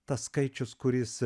tas skaičius kuris